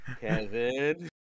Kevin